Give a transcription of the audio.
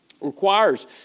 Requires